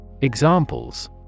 Examples